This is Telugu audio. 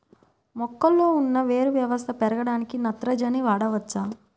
మొక్కలో ఉన్న వేరు వ్యవస్థ పెరగడానికి నత్రజని వాడవచ్చా?